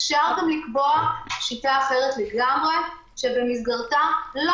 אפשר גם לקבוע שיטה אחרת לגמרי שבמסגרתה לא